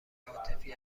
عاطفی